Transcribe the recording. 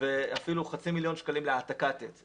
ואפילו חצי מיליון שקלים להעתקת עץ.